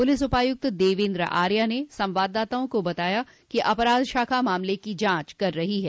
police उपायुक्त देवेन्द्र आर्या ने संवाददाताओं को बताया कि अपराध शाखा मामले की जांच कर रही है